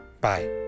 Bye